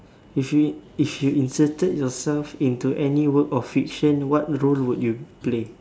if you if you inserted yourself into any work of fiction what role would you play